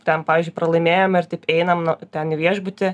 ten pavyzdžiui pralaimėjom ir taip einam nu ten į viešbutį